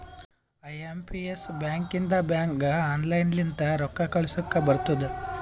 I M P S ಬ್ಯಾಕಿಂದ ಬ್ಯಾಂಕ್ಗ online ಲಿಂತ ರೊಕ್ಕಾ ಕಳೂಸ್ಲಕ್ ಬರ್ತುದ್